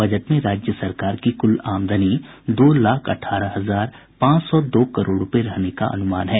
budget में राज्य सरकार की कुल आमदनी दो लाख अठारह हजार पांच सौ दो करोड़ रूपये रहने का अनुमान है